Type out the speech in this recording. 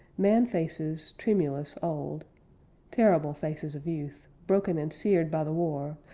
man faces tremulous, old terrible faces of youth, broken and seared by the war,